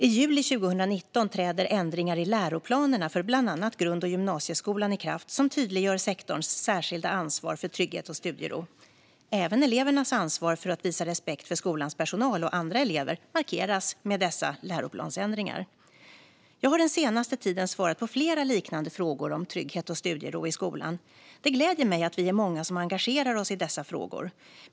I juli 2019 träder ändringar i läroplanerna för bland annat grund och gymnasieskolan i kraft, som tydliggör rektorns särskilda ansvar för trygghet och studiero. Även elevernas ansvar för att visa respekt för skolans personal och andra elever markeras med dessa läroplansändringar. Jag har den senaste tiden svarat på flera liknande frågor om trygghet och studiero i skolan. Det gläder mig att vi är många som engagerar oss i dessa frågor.